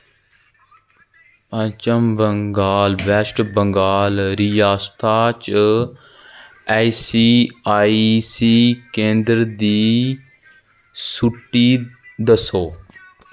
पच्छम बंगाल वैस्ट बंगाल रियासता च ईऐस्सआईसी केंदरें दी सू ची दस्सो